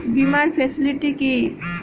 বীমার ফেসিলিটি কি?